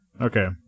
Okay